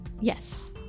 Yes